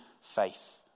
faith